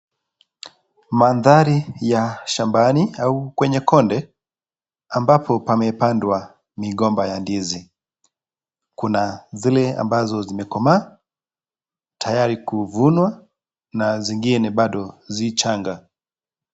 Mandhari ya shambani au kwenye konde, ambapo pamepandwa migomba ya ndizi. Kuna zile ambazo zimekomaa tayari kuvunwa na zingine bado zi changa.